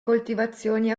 coltivazioni